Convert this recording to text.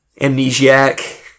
amnesiac